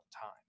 time